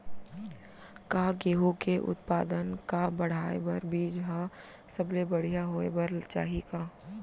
का गेहूँ के उत्पादन का बढ़ाये बर बीज ह सबले बढ़िया होय बर चाही का?